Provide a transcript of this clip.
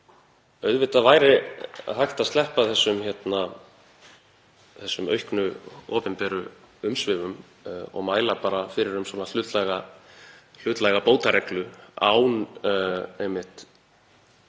auðvitað væri hægt að sleppa þessum auknu opinberu umsvifum og mæla fyrir um hlutlæga bótareglu án þess